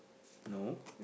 no